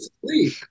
sleep